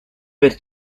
per